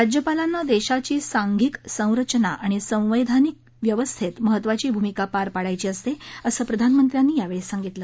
राज्यपालांना देशाची सांधिक संरचना आणि संवैधानिक व्यवस्थेत महत्वाची भूमिका पार पाडायची असते असं प्रधानमंत्र्यांनी यावेळी सांगितलं